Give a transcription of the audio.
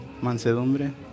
mansedumbre